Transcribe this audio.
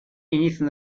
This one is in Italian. inizia